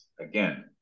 again